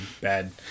bad